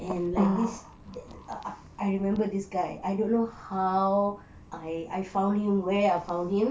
and like this I remember this guy I don't know how I I found him where I found him